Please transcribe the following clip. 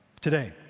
Today